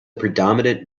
predominant